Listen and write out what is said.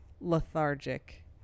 lethargic